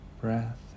breath